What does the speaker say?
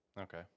Okay